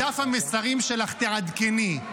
את דף המסרים שלך תעדכני,